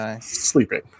sleeping